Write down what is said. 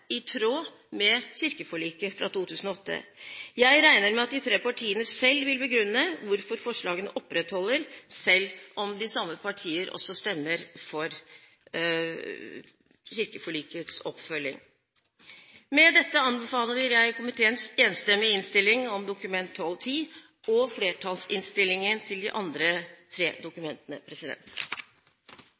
i tråd med kirkeforliket fra 2008. Jeg regner med at de tre partiene selv vil begrunne hvorfor forslagene opprettholdes selv om de samme partier også stemmer for kirkeforlikets oppfølging. Med dette anbefaler jeg komiteens enstemmige innstilling om Dokument nr. 12:10 og flertallsinnstillingen til de andre tre dokumentene.